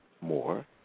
more